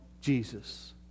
Jesus